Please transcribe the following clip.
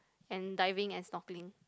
and diving and snorkeling